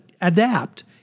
adapt